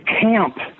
Camp